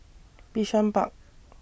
Bishan Park